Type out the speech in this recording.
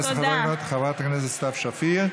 תודה רבה לחברת הכנסת סתיו שפיר.